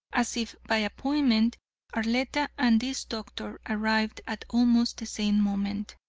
as if by appointment arletta and this doctor arrived at almost the same moment.